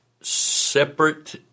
separate